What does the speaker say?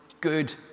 good